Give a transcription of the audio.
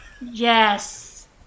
Yes